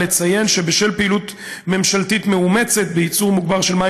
שבשל פעילות ממשלתית מאומצת בייצור מוגבר של מים